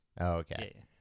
Okay